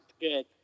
good